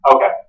Okay